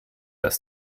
dass